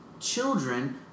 children